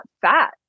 fat